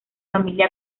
familia